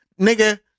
nigga